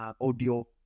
audio